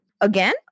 Again